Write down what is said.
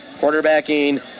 Quarterbacking